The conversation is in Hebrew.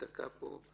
ניתקע פה.